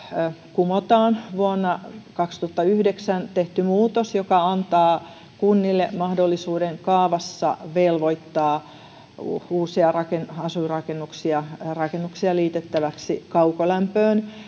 kumotaan vuonna kaksituhattayhdeksän tehty muutos joka antaa kunnille mahdollisuuden kaavassa velvoittaa uusia rakennuksia rakennuksia liitettäväksi kaukolämpöön